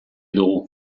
dugu